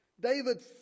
David